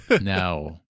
No